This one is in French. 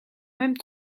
même